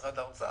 משרד האוצר.